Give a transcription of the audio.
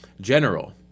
general